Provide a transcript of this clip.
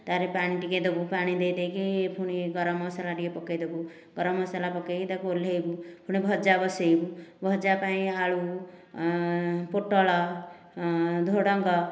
ତାପରେ ପାଣି ଟିକେ ଦେବୁ ପାଣି ଦେଇ ଓହ୍ଲାଇବୁ ଦେଇକି ପୁଣି ଗରମ ମସଲା ଟିକେ ପକାଇ ଦେବୁ ଗରମ ମସଲା ପକାଇକି ତାକୁ ଓହ୍ଲାଇବୁ ପୁଣି ଭଜା ବସାଇବୁ ଭଜା ପାଇଁ ଆଳୁ ପୋଟଳ ଝୁଡ଼ଙ୍ଗ